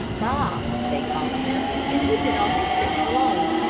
bob, they called him, and he did all his tricks alone.